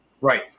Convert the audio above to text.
Right